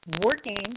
working